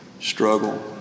struggle